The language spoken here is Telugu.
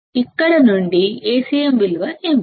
ఇక్కడ నుండి Acm విలువ ఏమిటి